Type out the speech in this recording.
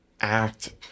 act